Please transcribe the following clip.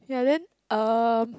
yeah then um